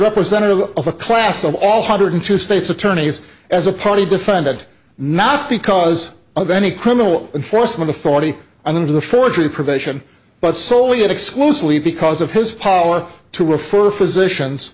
representative of a class of all hundred two states attorneys as a party define that not because of any criminal enforcement authority under the forgery provision but solely exclusively because of his power to refer physicians